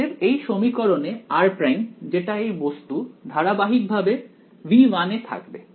অতএব এই সমীকরণে r' যেটা এই বস্তু ধারাবাহিকভাবে V1 এ থাকবে